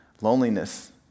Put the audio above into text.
loneliness